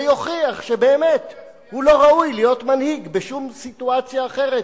ויוכיח שבאמת הוא לא ראוי להיות מנהיג בשום סיטואציה אחרת.